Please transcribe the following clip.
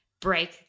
break